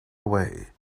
away